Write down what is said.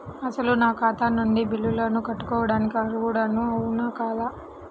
అసలు నా ఖాతా నుండి బిల్లులను కట్టుకోవటానికి అర్హుడని అవునా కాదా?